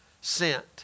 sent